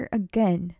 again